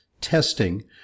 testing